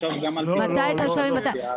נחשוב גם --- מתי תשב עם בתי המלאכה?